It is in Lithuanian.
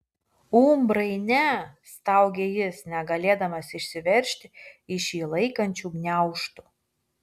umbrai ne staugė jis negalėdamas išsiveržti iš jį laikančių gniaužtų